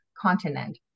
Continent